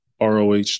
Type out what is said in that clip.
ROH